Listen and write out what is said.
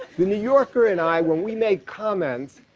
the new yorker and i, when we made comments,